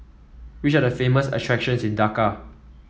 which are the famous attractions in Dhaka